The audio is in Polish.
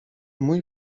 mój